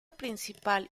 principal